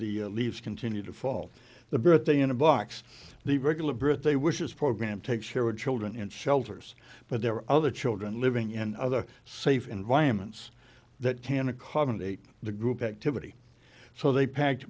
the leaves continue to fall the birthday in a box the regular birthday wishes program takes care of children and shelters but there are other children living in other safe environments that can accommodate the group activity so they packed